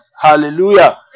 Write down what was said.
Hallelujah